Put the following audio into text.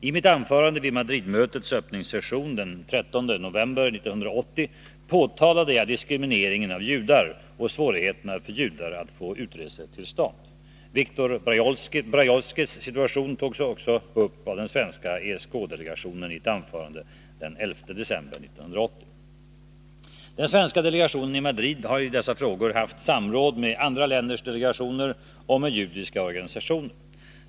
I mitt anförande vid Madridmötets öppningssession den 13 november 1980 påtalade jag diskrimineringen av judar och svårigheterna för judar att få utresetillstånd. Viktor Brailovskijs situation togs också upp av den svenska ESK-delegationen i ett anförande den 11 december 1980. Den svenska delegationen i Madrid har i dessa frågor haft samråd med andra länders delegationer och med judiska organisationer.